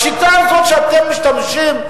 השיטה הזאת שאתם משתמשים,